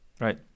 Right